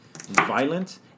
violent